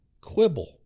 quibble